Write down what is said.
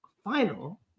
Final